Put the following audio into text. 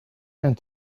and